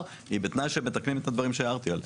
היא בתנאי שמתקנים את דברים שהערתי עליהם.